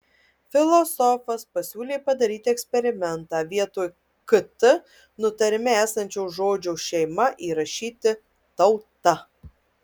filosofas pasiūlė padaryti eksperimentą vietoj kt nutarime esančio žodžio šeima įrašyti tauta